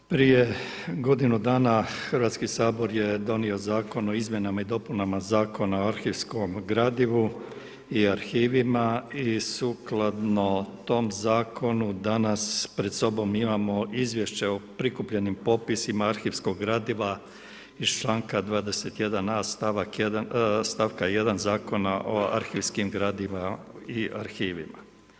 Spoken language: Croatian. Prije godinu dana Hrvatski sabor je donio zakon o izmjenama i dopunama Zakona o arhivskom gradivu i arhivima i sukladno tom zakonu danas pred sobom imamo Izvješće o prikupljenim popisima arhivskog gradiva iz članka 21.a stavak 1. Zakona o arhivskim gradivima i arhivima.